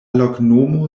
loknomo